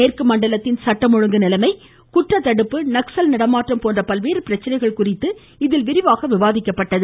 மேற்கு மண்டலத்தில் சட்டம் ஒழுங்கு குற்றத்தடுப்பு நக்சல் நடமாட்டம் போன்ற பல்வேறு பிரச்சனைகள் குறித்து விரிவாக விவாதிக்கப்பட்டது